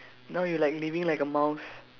now you like living like a mouse